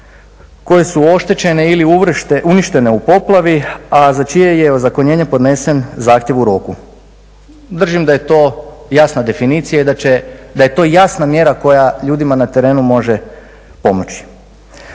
koji su oštećeni ili uništeni u poplavi, a za čije je ozakonjenje podnesen zahtjev u roku. Držim da je to jasna definicija i da je to jasna mjera koja ljudima na terenu može pomoći.